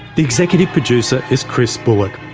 the executive producer is chris bullock,